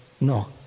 No